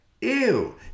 Ew